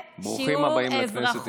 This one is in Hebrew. ברוכים הבאים לכנסת ישראל.